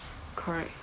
correct